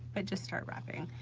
but just start wrapping.